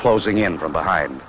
closing in from behind